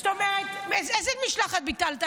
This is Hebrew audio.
זאת אומרת, איזו משלחת ביטלת?